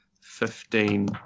Fifteen